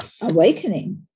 awakening